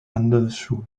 handelsschule